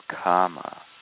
karma